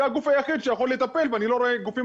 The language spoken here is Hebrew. זה הגוף היחיד שיכול לטפל ואני לא רואה גופים